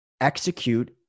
execute